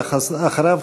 ואחריו,